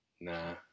Nah